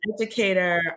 educator